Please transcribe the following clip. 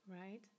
Right